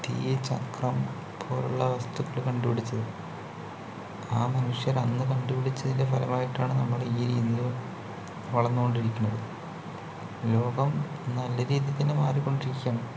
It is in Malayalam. തീ ചക്രം പോലുള്ള വസ്തുക്കൾ കണ്ടുപിടിച്ചത് ആ മനുഷ്യർ അന്ന് കണ്ടുപിടിച്ചതിൻ്റെ ഫലമായിട്ടാണ് നമ്മൾ ഈ ഇന്ന് വളർന്നുകൊണ്ടിരിക്കുന്നത് ലോകം നല്ല രീതിയിൽ തന്നെ മാറിക്കൊണ്ടിരിക്കുകയാണ്